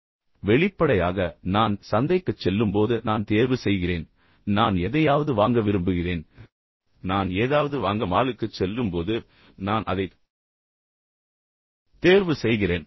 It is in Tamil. இப்போது வெளிப்படையாக நான் சந்தைக்குச் செல்லும்போது நான் தேர்வு செய்கிறேன் நான் எதையாவது வாங்க விரும்புகிறேன் நான் ஏதாவது வாங்க மாலுக்குச் செல்லும்போது நான் அதைத் தேர்வு செய்கிறேன்